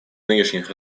нынешних